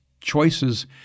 choices